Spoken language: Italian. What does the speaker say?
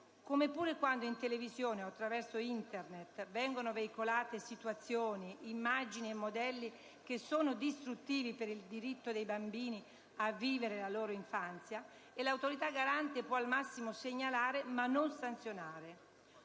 Come pure quando in televisione o attraverso Internet vengono veicolate situazioni, immagini e modelli che sono distruttivi per il diritto dei bambini a vivere la loro infanzia e l'Autorità garante può al massimo segnalare, ma non sanzionare.